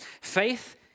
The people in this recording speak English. Faith